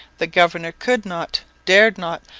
the governor could not, dared not,